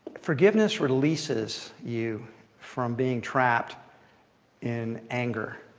forgiveness releases you from being trapped in anger.